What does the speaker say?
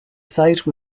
site